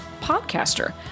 podcaster